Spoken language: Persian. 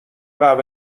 قهوه